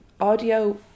audio